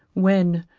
when,